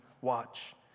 watch